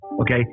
Okay